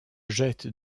jette